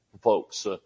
folks